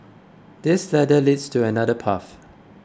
this ladder leads to another path